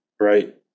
right